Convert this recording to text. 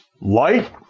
light